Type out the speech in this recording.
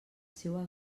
seua